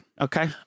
Okay